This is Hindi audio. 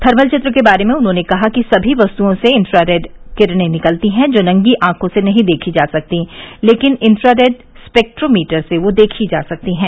थर्मल चित्र के बारे में उन्होंने कहा कि सभी वस्तुओं से इंफ्रा रेड किरणे निकलती है जो नंगी आंखों से नहीं देखी जा सकतीं लेकिन इंफ्रा रेड स्पेक्ट्रोमीटर से वे देखी जा सकती हैं